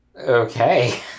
Okay